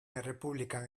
errepublikan